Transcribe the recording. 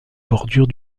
bordure